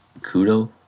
kudo